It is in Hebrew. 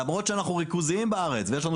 למרות שאנחנו ריכוזיים בארץ ויש לנו